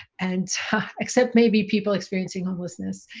and except maybe people experiencing homelessness,